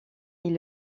est